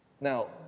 now